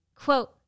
Quote